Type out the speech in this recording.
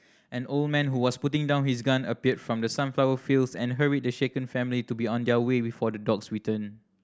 an old man who was putting down his gun appeared from the sunflower fields and hurried the shaken family to be on their way before the dogs return